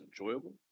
enjoyable